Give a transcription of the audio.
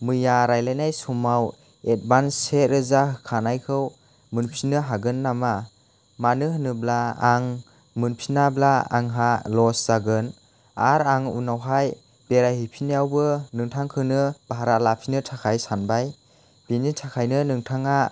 मैया रायज्लायनाय समाव एडबान्स से रोजा होखानायखौ मोनफिननो हागोन नामा मानो होनोब्ला आं मोनफिनाब्ला आंहा लस जागोन आरो आं उनावहाय बेराय हैफिननायाव नोंथांखौनो भारा लाफिननो सानबाय बिनि थाखायनो नोंथाङा